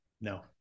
No